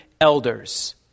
elders